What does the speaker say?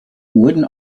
wooden